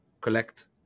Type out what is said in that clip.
collect